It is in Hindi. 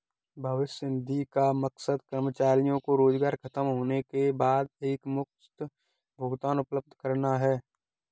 भविष्य निधि का मकसद कर्मचारियों को रोजगार ख़तम होने के बाद एकमुश्त भुगतान उपलब्ध कराना है